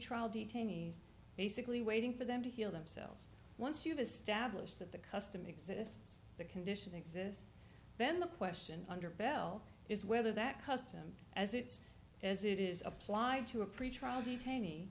pretrial detainees basically waiting for them to heal themselves once you've established that the custom exists that condition exists then the question under bell is whether that custom as it's as it is applied to a pretrial detainee